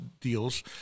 deals